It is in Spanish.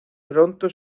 pronto